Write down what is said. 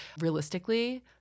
realistically